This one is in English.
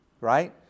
Right